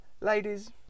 Ladies